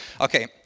Okay